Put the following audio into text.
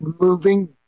moving